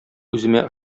үземә